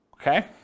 Okay